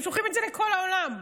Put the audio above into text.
הם שולחים את זה לכל העולם.